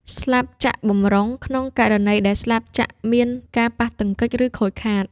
ស្លាបចក្របម្រុង ក្នុងករណីដែលស្លាបចក្រចាស់មានការប៉ះទង្គិច ឬខូចខាត។